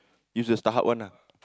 use the StarHub one ah